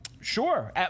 Sure